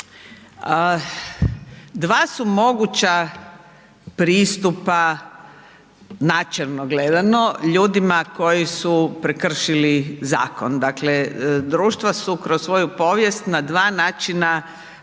Dva su moguća pristupa načelno gledano ljudima koji su prekršili zakon, dakle društva kroz svoju povijest na dva načina prilazili